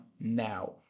now